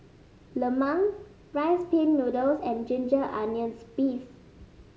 lemang Rice Pin Noodles and Ginger Onions beef